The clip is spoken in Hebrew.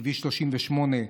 כביש 38,